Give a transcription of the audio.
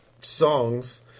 songs